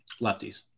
Lefties